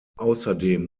außerdem